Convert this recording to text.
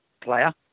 player